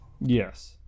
Yes